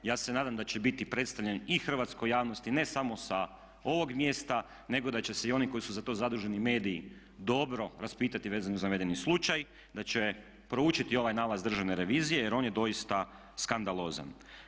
Ja se nadam da će biti predstavljen i hrvatskoj javnosti ne samo sa ovog mjesta nego da će se i oni koji su za to zaduženi mediji dobro raspitati vezano za navedeni slučaj, da će proučiti ovaj nalaz državne revizije jer on je doista skandalozan.